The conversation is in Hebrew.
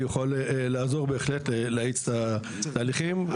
יכול לעזור בהחלט להאיץ את ההליכים.